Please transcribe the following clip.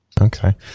Okay